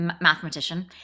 mathematician